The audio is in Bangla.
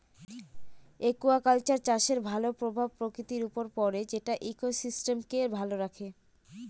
একুয়াকালচার চাষের ভালো প্রভাব প্রকৃতির উপর পড়ে যেটা ইকোসিস্টেমকে ভালো রাখে